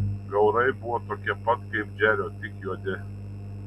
gaurai buvo tokie pat kaip džerio tik juodi